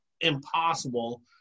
impossible